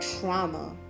trauma